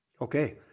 Okay